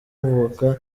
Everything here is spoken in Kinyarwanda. mvuka